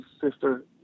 sister